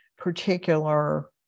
particular